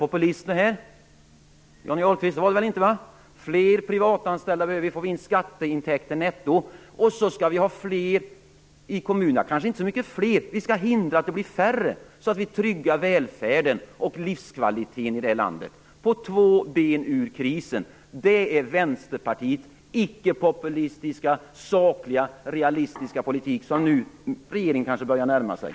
Vi ska hindra att det blir färre i kommunerna så att vi tryggar välfärden och tryggar livskvaliteten i det här landet. På två ben ur krisen. Det är Vänsterpartiets ickepopulistiska sakliga realistiska politik som regeringen nu kanske börjar närma sig.